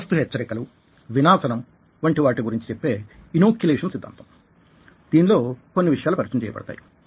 ముందస్తు హెచ్చరికలు వినాశనం వంటి వాటి గురించి చెప్పే ఇనోక్యులేషన్ సిద్దాంతం దీనిలో కొన్ని విషయాలు పరిచయం చేయబడతాయి